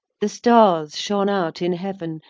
the stars shone out in heaven,